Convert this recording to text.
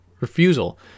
refusal